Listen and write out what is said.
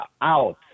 out